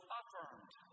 affirmed